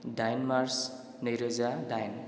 दाइन मार्च नैरोजा दाइन